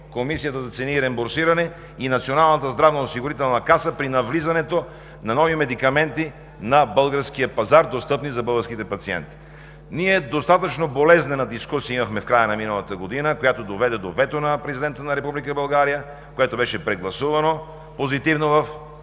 Комисията по цени и реимбурсиране и Националната здравноосигурителна каса при навлизането на нови медикаменти на българския пазар, достъпни за българските пациенти. Ние имахме достатъчно болезнена дискусия в края на миналата година, която доведе до вето на Президента на Република България, което беше прегласувано позитивно в